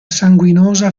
sanguinosa